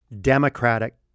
democratic